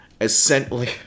essentially